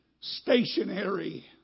stationary